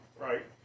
Right